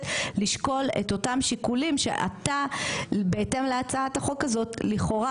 לשקול את אותם שיקולים שעתה בהתאם להצעת החוק הזאת לכאורה